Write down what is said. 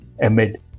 amid